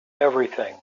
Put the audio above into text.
everything